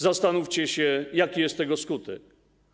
Zastanówcie się, jaki jest tego skutek.